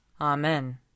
Amen